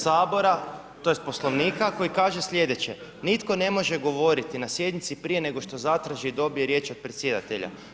Sabora, tj. Poslovnika koji kaže sljedeće, nitko ne može govoriti na sjednici prije nego što zatraži i dobije riječ od predsjedatelja.